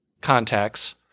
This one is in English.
contacts